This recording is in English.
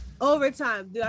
Overtime